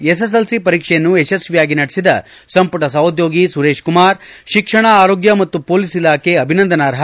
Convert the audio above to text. SSLC ಪರೀಕ್ಷೆಯನ್ನು ಯಶಸ್ವಿಯಾಗಿ ನಡೆಸಿದ ಸಂಪುಟ ಸಹೋದ್ಯೋಗಿ ಸುರೇಶ್ ಕುಮಾರ್ ಶಿಕ್ಷಣ ಆರೋಗ್ನ ಮತ್ತು ಹೊಲೀಸ್ ಇಲಾಖೆ ಅಭಿನಂದನಾರ್ಹ